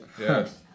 Yes